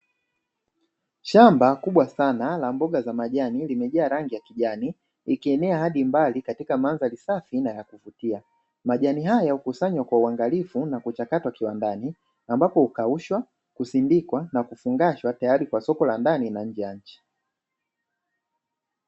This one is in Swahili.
Shamba kubwa sana la mboga za majani limejaa rangi ya kijani ikienea hadi mbali katika mandhari safi na ya kuvutia majani haya ukusanywa kwa uangalifu na kuchakatwa kiwandani ambapo ukaushwa kusindikwa na kufungashwa tayari kwa soko la ndani na nje ya nchi